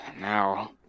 Now